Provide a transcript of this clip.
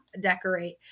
decorate